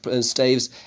staves